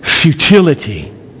futility